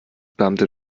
beamte